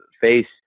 face